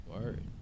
Word